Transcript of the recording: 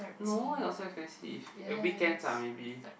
no where got so expensive weekends lah maybe